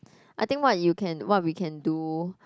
I think what you can what we can do